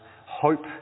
hope